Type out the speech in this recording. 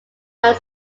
are